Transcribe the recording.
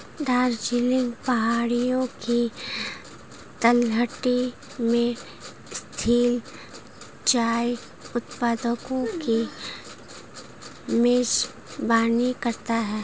दार्जिलिंग पहाड़ियों की तलहटी में स्थित चाय उत्पादकों की मेजबानी करता है